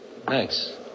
Thanks